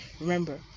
remember